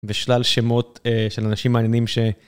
ושלל שמות של אנשים מעניינים ש...